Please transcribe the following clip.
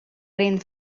rin